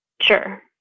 sure